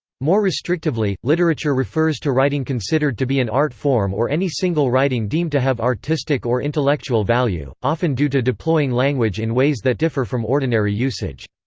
more restrictively, literature refers to writing considered to be an art form or any single writing deemed to have artistic or intellectual value, often due to deploying language in ways that differ from ordinary usage.